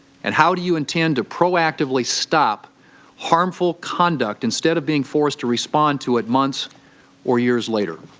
and how do you intend to proactively stop harmful conduct, instead of being forced to respond to it months or years later?